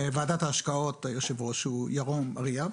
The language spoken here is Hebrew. יושב-ראש ועדת ההשקעות הוא ירום אריאב.